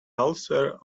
ulcer